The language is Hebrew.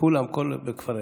כולם, כל הכפרים.